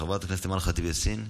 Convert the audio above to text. חברת הכנסת אימאן ח'טיב יאסין,